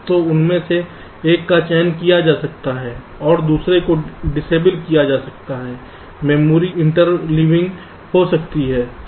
तो उनमें से एक का चयन किया जा सकता है दूसरों को डिसएबल किया जा सकता है मेमोरी इंटरलेइंग हो सकती है